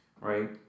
right